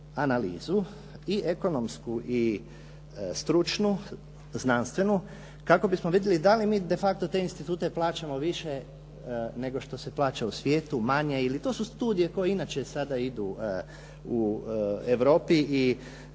analizu i ekonomsku i stručnu znanstvenu kako bismo vidjeli da li mi de facto te institute plaćamo više nego što se plaća u svijetu manje ili to su studije koje inače sada idu u Europi i